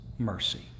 mercy